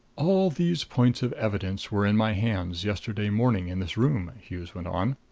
all these points of evidence were in my hands yesterday morning in this room, hughes went on.